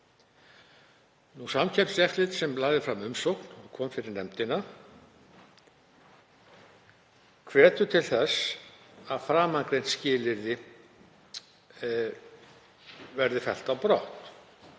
Samkeppniseftirlitið, sem lagði fram umsögn, kom fyrir nefndina og hvetur til þess að framangreint skilyrði verði fellt brott.